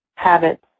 habits